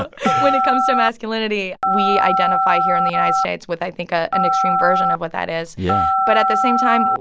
but when it comes to masculinity, we identify here in the united states with, i think, ah an extreme version of what that is yeah but at the same time,